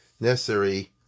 necessary